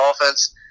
offense